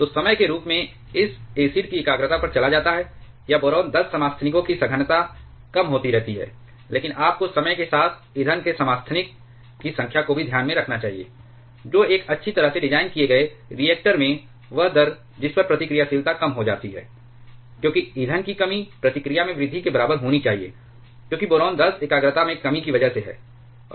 तो समय के रूप में इस एसिड की एकाग्रता पर चला जाता है या बोरान 10 समस्थानिकों की सघनता कम होती रहती है लेकिन आपको समय के साथ ईंधन के समस्थानिक की संख्या को भी ध्यान में रखना चाहिए जो एक अच्छी तरह से डिज़ाइन किए गए रिएक्टर में वह दर जिस पर प्रतिक्रियाशीलता कम हो जाती है क्योंकि ईंधन की कमी प्रतिक्रिया में वृद्धि के बराबर होनी चाहिए क्योंकि बोरान 10 एकाग्रता में कमी की वजह से है